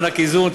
מענק איזון,